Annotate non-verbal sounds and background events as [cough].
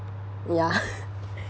yeah [laughs]